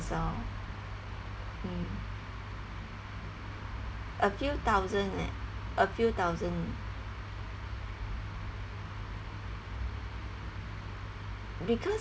lor mm a few thousand leh a few thousand because